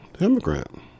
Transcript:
Immigrant